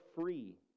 free